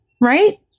Right